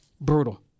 Brutal